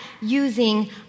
using